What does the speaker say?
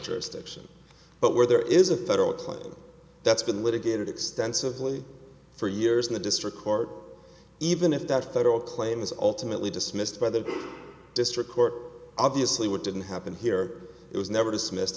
jurisdiction but where there is a federal claim that's been litigated extensively for years in the district court even if that federal claim is ultimately dismissed by the district court obviously what didn't happen here it was never dismissed